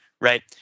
right